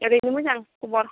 ओरैनो मोजां खबर